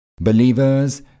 Believers